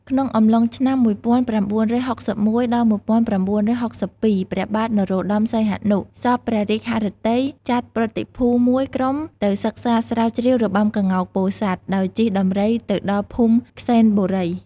ក្នុងអំឡុងឆ្នាំ ១៩៦១ ដល់ ១៩៦២ ព្រះបាទនរោត្ដម សីហនុ សព្វព្រះរាជហឫទ័យចាត់ប្រតិភូមួយក្រុមទៅសិក្សាស្រាវជ្រាវរបាំក្ងោកពោធិ៍សាត់ ដោយជិះដំរីទៅដល់ភូមិក្សេត្របុរី ។